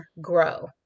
grow